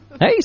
Hey